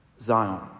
Zion